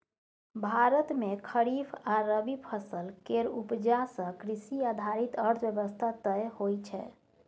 भारत मे खरीफ आ रबी फसल केर उपजा सँ कृषि आधारित अर्थव्यवस्था तय होइ छै